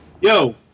Yo